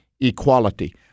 equality